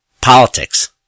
politics